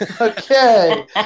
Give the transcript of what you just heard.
Okay